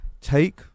take